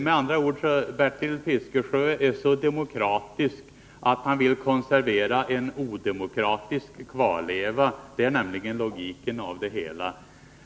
Bertil Fiskesjö är med andra ord så demokratisk att han vill konservera en odemokratisk kvarleva — det är nämligen logiken i det hela.